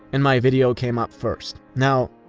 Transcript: and my video came up first. now,